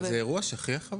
זה אירוע שכיח?